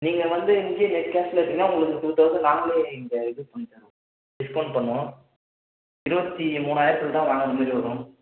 நீங்கள் வந்து இங்கேயே நெட் கேஸில் எடுத்தீங்கன்னா உங்களுக்கு டூ தவுசன்ட் நாங்களே இந்த இது பண்ணித்தரோம் டிஸ்கவுண்ட் பண்ணுவோம் இருபத்தி மூணாயிரத்தில் தான் வாங்குறமாதிரி வரும்